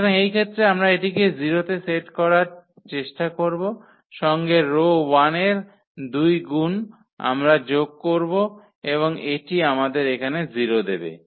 সুতরাং এই ক্ষেত্রে আমরা এটিকে 0 তে সেট করার চেষ্টা করব সঙ্গে রো 1 এর দুই গুন আমরা যোগ করব এবং এটি আমাদের এখানে 0 দেবে